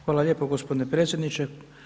Hvala lijepo gospodine predsjedniče.